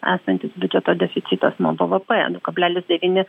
esantis biudžeto deficitas nuo bvp du kablelis devyni